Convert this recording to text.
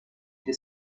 that